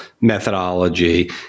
methodology